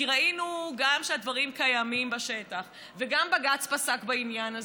כי ראינו גם שהדברים קיימים בשטח וגם בג"ץ פסק בעניין הזה.